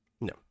no